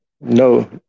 No